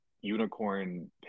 unicorn